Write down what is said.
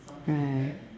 right